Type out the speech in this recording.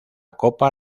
copa